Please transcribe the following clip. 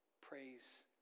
praise